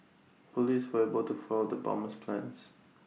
Police were able to foil the bomber's plans